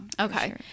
okay